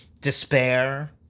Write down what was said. Despair